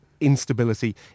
instability